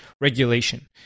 regulation